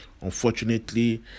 Unfortunately